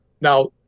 now